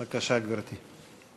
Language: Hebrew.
בבקשה, גברתי.